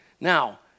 Now